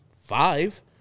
five